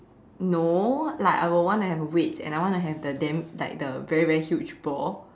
no like I will wanna have weights and I wanna have the dam~ like the very very huge ball